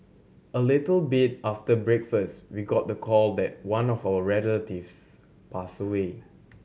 a little bit after breakfast we got the call that one of our relatives passed away